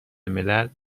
ملل